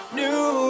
new